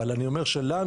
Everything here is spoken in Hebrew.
אבל אני אומר שלנו,